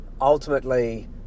ultimately